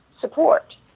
support